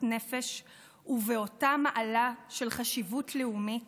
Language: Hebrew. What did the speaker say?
נפש ובאותה מעלה של חשיבות לאומית